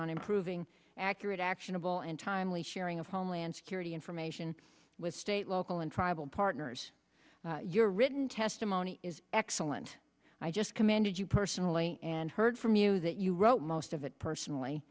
on improving accurate actionable and timely sharing of homeland security information with state local and tribal partners your written testimony is excellent i just commended you personally and heard from you that you wrote most of it personally